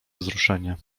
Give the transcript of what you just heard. wzruszenie